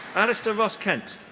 alastair ross kent.